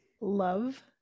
love